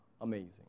amazing